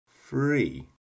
free